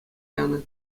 янӑ